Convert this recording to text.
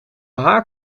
haar